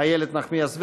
איילת נחמיאס ורבין,